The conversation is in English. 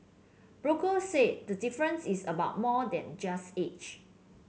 brokers said the difference is about more than just age